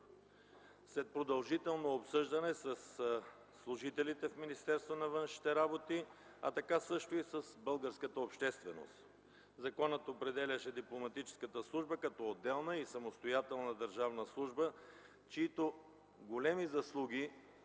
след продължително обсъждане със служителите в Министерството на външните работи, така също и с българската общественост. Законът определяше Дипломатическата служба като отделна и самостоятелна държавна служба, чиито големи заслуги,